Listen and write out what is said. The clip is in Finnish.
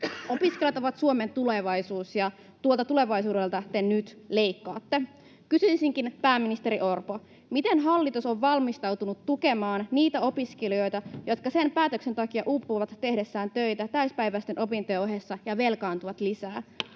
Opiskelijat ovat Suomen tulevaisuus, ja tuolta tulevaisuudelta te nyt leikkaatte. Kysyisinkin nyt, pääministeri Orpo: miten hallitus on valmistautunut tukemaan niitä opiskelijoita, jotka sen päätösten takia uupuvat tehdessään töitä täyspäiväisten opintojen ohessa ja velkaantuvat lisää?